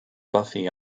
buffy